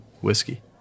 whiskey